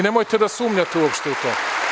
Nemojte da sumnjate uopšte u to.